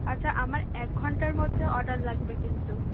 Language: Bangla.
আচ্ছা আমার এক ঘন্টার মধ্যে অর্ডার লাগবে কিন্তু